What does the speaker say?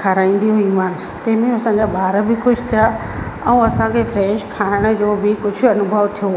खाराईंदी हुईमांसि तंहिंमें असांजा ॿार बि ख़ुशि थिया ऐं असांजो फ्रेश खाइण जो बि कुझु अनुभव थियो